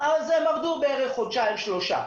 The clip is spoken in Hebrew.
והן עבדו בערך חודשיים-שלושה.